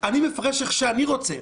אני מפרש כמו שאני רוצה.